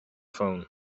phone